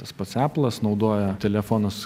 tas pats eplas naudoja telefonus